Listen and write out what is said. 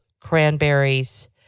cranberries